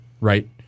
right